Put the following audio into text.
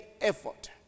effort